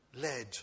led